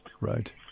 Right